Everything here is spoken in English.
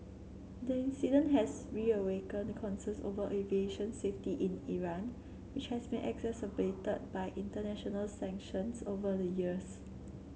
the incident has reawakened concerns over aviation safety in Iran which has been exacerbated by international sanctions over the years